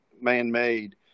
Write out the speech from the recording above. man-made